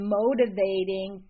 motivating